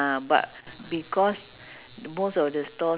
~tre for food only ah that's why they open late